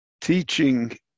teaching